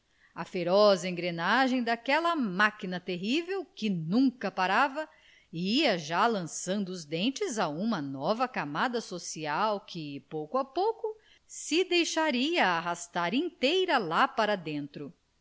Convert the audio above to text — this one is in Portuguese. a feroz engrenagem daquela máquina terrível que nunca parava ia já lançando os dentes a uma nova camada social que pouco a pouco se deixaria arrastar inteira lá para dentro